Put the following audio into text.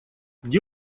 где